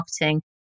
marketing